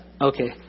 Okay